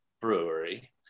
brewery